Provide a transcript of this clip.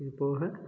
இதுபோக